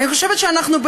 אני חושבת שאנחנו,